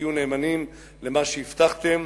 תהיו נאמנים למה שהבטחתם.